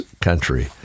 country